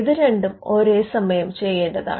ഇത് രണ്ടും ഒരേസമയം ചെയ്യേണ്ടതാണ്